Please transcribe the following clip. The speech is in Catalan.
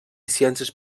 ciències